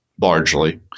largely